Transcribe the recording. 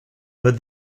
but